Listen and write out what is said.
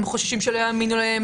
הם חוששים שלא יאמינו להם.